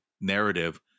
narrative